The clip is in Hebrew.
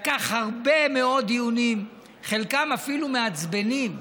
זה לקח הרבה מאוד דיונים, חלקם אפילו מעצבנים,